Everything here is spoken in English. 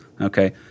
okay